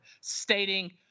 stating